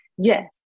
Yes